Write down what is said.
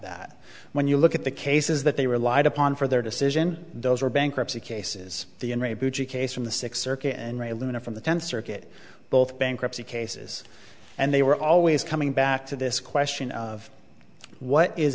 that when you look at the cases that they relied upon for their decision those were bankruptcy cases the case from the sixth circuit and ray luna from the tenth circuit both bankruptcy cases and they were always coming back to this question of what is